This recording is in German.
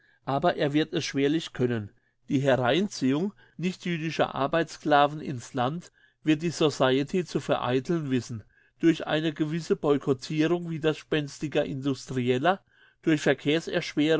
aber er wird es schwerlich können die hereinziehung nichtjüdischer arbeitssclaven in's land wird die society zu vereiteln wissen durch eine gewisse boycottirung widerspenstiger industrieller durch